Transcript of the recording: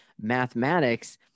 mathematics